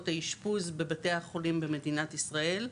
האשפוז בבתי החולים במדינת ישראל,